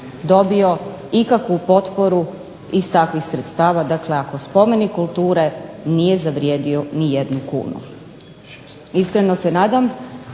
dobio ikakvu potporu iz takvih sredstava dakle, ako spomenik kulture nije zavrijedio nijednu kunu. Iskreno se nadam